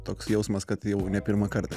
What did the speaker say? toks jausmas kad jau ne pirmąkartą